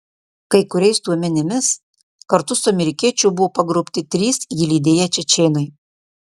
kai kuriais duomenimis kartu su amerikiečiu buvo pagrobti trys jį lydėję čečėnai